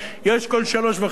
יש כל שלוש וחצי,